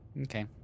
okay